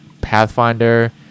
pathfinder